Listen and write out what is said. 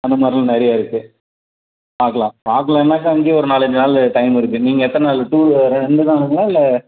அந்த மாதிரிலாம் நிறையா இருக்குது பார்க்கலாம் பார்க்கலானாக்கா அங்கேயே ஒரு நாலஞ்சு நாள் டைம் இருக்குது நீங்கள் எத்தனை நாள் டூர் வரேன் ரெண்டு நாள் வரீங்களா இல்லை